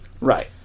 Right